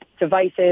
devices